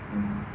mm